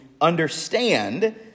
understand